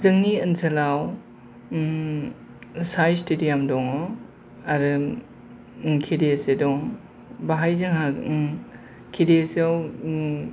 जोंनि ओनसोलाव साइ स्टेडियाम दङ आरो के डि एस ए दङ बेवहाय जोंहा के डि एस ए आव